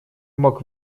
мог